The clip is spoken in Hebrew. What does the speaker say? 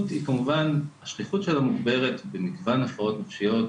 השכיחות שלה מוגברת במגוון הפרעות נפשיות,